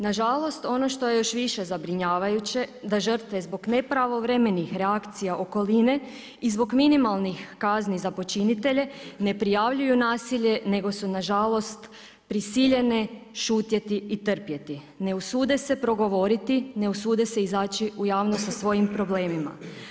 Nažalost ono što je još više zabrinjavajuće da žrtve zbog nepravovremenih reakcija okoline i zbog minimalnih kazni za počinitelje ne prijavljuju nasilje nego su nažalost prisiljene šutjeti i trpjeti, ne usude se progovoriti, ne usude se izaći u javnost sa svojim problemima.